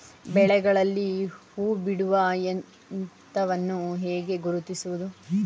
ಬೆಳೆಗಳಲ್ಲಿ ಹೂಬಿಡುವ ಹಂತವನ್ನು ಹೇಗೆ ಗುರುತಿಸುವುದು?